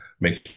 make